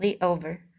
over